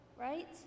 right